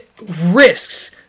risks